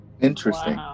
Interesting